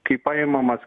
kai paimamas